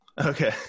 Okay